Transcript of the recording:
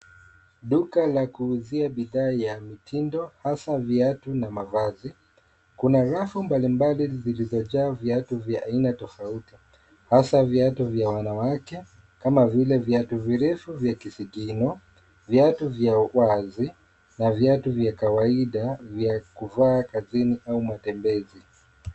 Duka la kuuzia bidhaa ya mitindo hasa viatu na mavazi. Kuna rafu mbalimbali zilizojaa viatu vya aina tofauti hasa viatu vya wanawake kama vile viatu virefu vya kisigino, viatu vya wazi na viatu vya kawaida vya kuvaa kazini au matembezi.